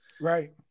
Right